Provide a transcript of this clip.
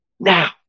Now